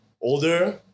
older